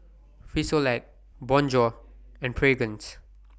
Frisolac Bonjour and Fragrance